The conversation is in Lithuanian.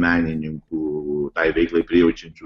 menininkų tai veiklai prijaučiančių